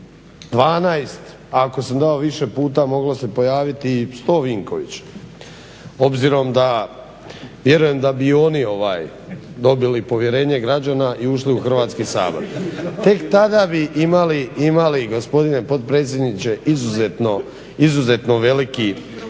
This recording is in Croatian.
12 a ako sam dao više puta moglo se pojaviti 100 Vinkovića, obzirom da bi vjerujem da bi i oni dobili povjerenje građana i ušli u Hrvatskoga sabor. Tek tada bi imali gospodine potpredsjedniče izuzetno veliki